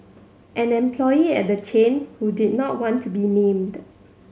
an employee at the chain who did not want to be named